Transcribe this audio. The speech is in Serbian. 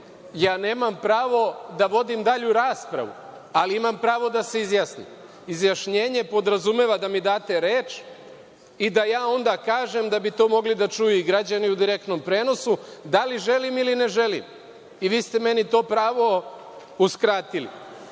Ja nema pravo da vodim dalju raspravu, ali imam pravo da se izjasnim. Izjašnjenje podrazumeva da mi date reč i da ja onda kažem da bi to mogli da čuju i građani u direktnom prenosu da li želim ili ne želim. I, vi ste meni to pravo uskratili.I,